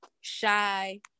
shy